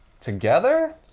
together